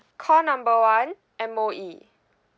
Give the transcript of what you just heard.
call number one M_O_E